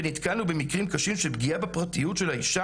ונתקלנו במקרים קשים של פגיעה בפרטיות של האישה